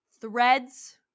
Threads